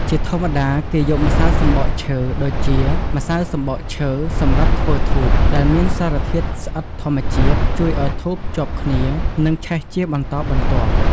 ជាធម្មតាគេយកម្សៅសំបកឈើ ដូចជា ម្សៅសំបកឈើ សម្រាប់ធ្វើធូប ដែលមានសារធាតុស្អិតធម្មជាតិ ជួយឱ្យធូបជាប់គ្នា និងឆេះជាបន្តបន្ទាប់។